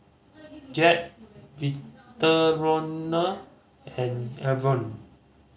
Jed Victoriano and Avon